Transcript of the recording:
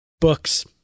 Books